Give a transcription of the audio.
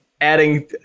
adding